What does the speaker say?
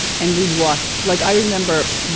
and we'd watch, like i remember